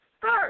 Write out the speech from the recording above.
First